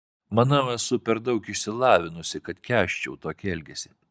manau esu per daug išsilavinusi kad kęsčiau tokį elgesį